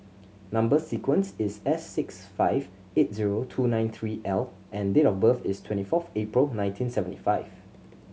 number sequence is S six five eight zero two nine three L and date of birth is twenty fourth April nineteen seventy five